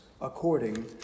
according